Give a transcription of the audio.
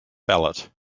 ballot